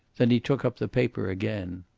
then he took up the paper again.